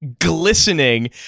glistening